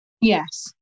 Yes